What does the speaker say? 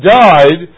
died